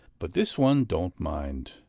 but this one don't mind,